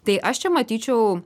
tai aš čia matyčiau